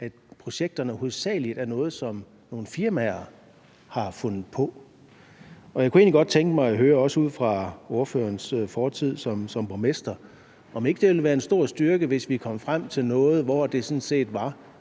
Projekterne er hovedsagelig nogle, som nogle firmaer har fundet på. Jeg kunne egentlig godt tænke mig at høre – også ud fra ordførerens fortid som borgmester – om ikke det ville være en stor styrke, hvis vi kom frem til noget, hvor det sådan set var